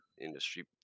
industry